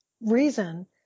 reason